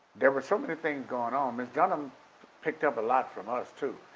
there were so many things going on. miss dunham picked up a lot from us too.